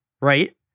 right